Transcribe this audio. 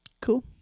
Cool